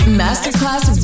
masterclass